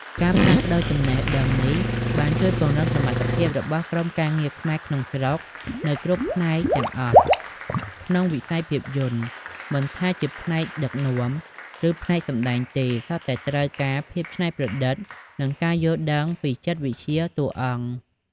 ការផ្លាស់ប្តូរចំណេះដឹងនេះបានជួយ ពង្រឹងសមត្ថភាពរបស់ក្រុមការងារខ្មែរក្នុងស្រុក នៅគ្រប់ផ្នែកទាំងអស់ក្នុងិស័យភាពយន្ត មិនថាជា ផ្នែកដឹកនាំ ឬ ផ្នែកសម្តែងទេ សុទ្ធតែ ត្រូវការភាពច្នៃប្រឌិត និងការយល់ដឹងពីចិត្តវិទ្យាតួអង្គ។